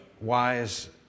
wise